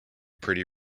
pretty